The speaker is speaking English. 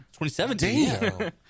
2017